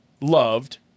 loved